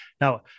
Now